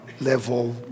level